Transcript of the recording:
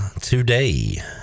today